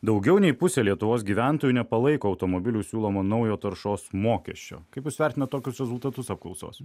daugiau nei pusė lietuvos gyventojų nepalaiko automobilių siūlomo naujo taršos mokesčio kaip jūs vertina tokius rezultatus apklausos